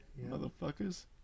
motherfuckers